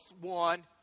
one